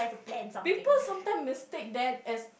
people sometime mistake that as